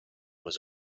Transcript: was